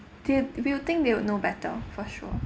they will think they would know better for sure